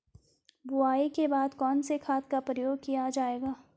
बुआई के बाद कौन से खाद का प्रयोग किया जायेगा?